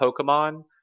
Pokemon